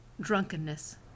drunkenness